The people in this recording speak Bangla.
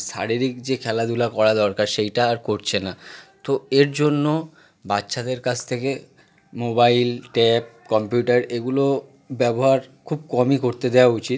শারীরিক যে খেলাধুলা করা দরকার সেইটা আর করছে না তো এর জন্য বাচ্চাদের কাছ থেকে মোবাইল ট্যাব কম্পিউটার এগুলো ব্যবহার খুব কমই করতে দেওয়া উচিত